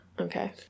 Okay